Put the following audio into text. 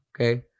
Okay